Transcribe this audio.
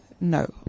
no